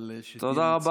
אבל שתהיה קצרה.